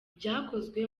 byakozwe